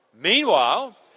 Meanwhile